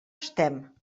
estem